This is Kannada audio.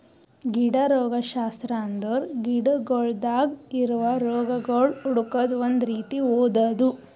ಗಿಡ ರೋಗಶಾಸ್ತ್ರ ಅಂದುರ್ ಗಿಡಗೊಳ್ದಾಗ್ ಇರವು ರೋಗಗೊಳ್ ಹುಡುಕದ್ ಒಂದ್ ರೀತಿ ಓದದು